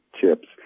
chips